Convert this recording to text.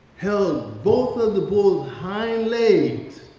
held both of the bull's hind legs,